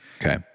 Okay